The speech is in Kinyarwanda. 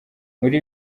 muri